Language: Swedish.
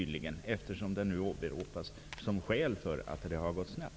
Den åberopas ju nu som skäl för att det har gått snett.